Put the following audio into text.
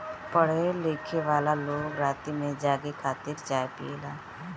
पढ़े लिखेवाला लोग राती में जागे खातिर चाय पियेला